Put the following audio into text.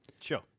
Sure